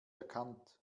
erkannt